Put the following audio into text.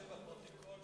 שיירשם בפרוטוקול,